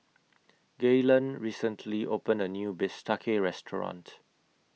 Gaylen recently opened A New Bistake Restaurant